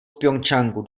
pchjongjangu